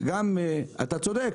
אתה צודק.